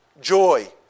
joy